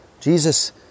Jesus